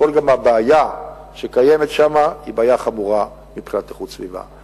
הבעיה שקיימת שם היא בעיה חמורה מבחינת איכות סביבה.